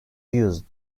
used